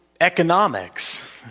economics